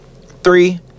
Three